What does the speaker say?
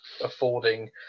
affording